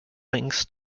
links